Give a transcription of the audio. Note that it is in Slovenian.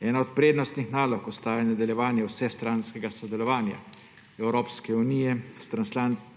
Ena od prednostnih nalog ostaja nadaljevanje vsestranskega sodelovanja Evropske unije s transatlantskimi